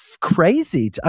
crazy